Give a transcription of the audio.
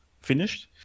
finished